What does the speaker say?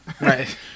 Right